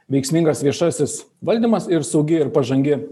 veiksmingas viešasis valdymas ir saugi ir pažangi